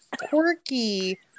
quirky